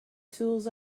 tools